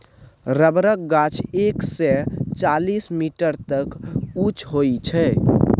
रबरक गाछ एक सय चालीस मीटर तक उँच होइ छै